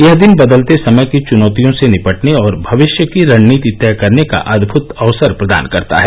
यह दिन बदलते समय की चुनौतियों से निपटने और भविष्य की रणनीति तय करने का अद्भुत अवसर प्रदान करता है